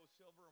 silver